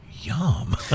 yum